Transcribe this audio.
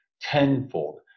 tenfold